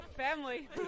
family